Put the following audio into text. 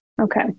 Okay